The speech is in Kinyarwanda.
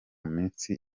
minsi